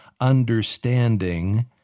understanding